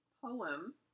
poem